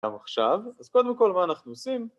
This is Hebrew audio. ‫גם עכשיו. אז קודם כול, ‫מה אנחנו עושים?